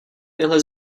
tyhle